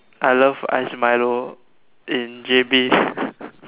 I love ice Milo in J_B